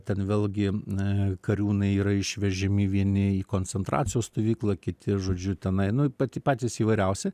ten vėlgi kariūnai yra išvežiami vieni į koncentracijos stovyklą kiti žodžiu tenai nu pati patys įvairiausi